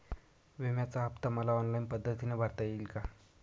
विम्याचा हफ्ता मला ऑनलाईन पद्धतीने भरता येईल का?